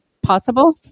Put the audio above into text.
possible